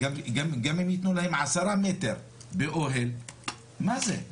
גם אם יתנו להם 10 מטר באוהל, מה זה?